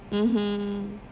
mmhmm